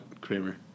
Kramer